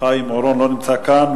חיים אורון לא נמצא כאן,